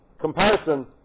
comparison